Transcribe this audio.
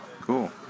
Cool